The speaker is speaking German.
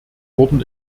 wurden